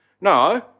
No